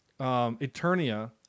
Eternia